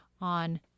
on